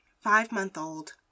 five-month-old